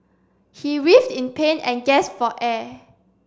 he with in pain and gasp for air